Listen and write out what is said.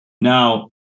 Now